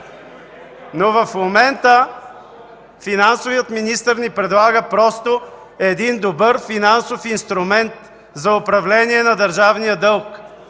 В момента финансовият министър ни предлага просто един добър финансов инструмент за управление на държавния дълг.